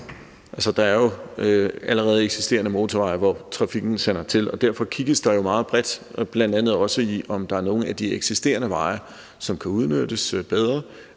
der er jo allerede eksisterende motorveje, hvor trafikken sander til, og derfor kigges der meget bredt og bl.a. også på, om der er nogle af de eksisterende veje, som kan udnyttes bedre,